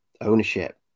ownership